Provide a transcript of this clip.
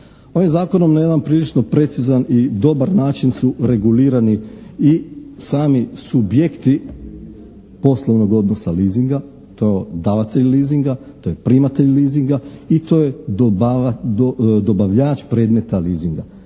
Ovim zakonom na jedan prilično precizan i dobar način su regulirani i sami subjekti poslovnog odnosa leasinga. To je davatelj leasinga, to je primatelj leasinga i to je dobavljač predmeta leasinga.